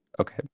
Okay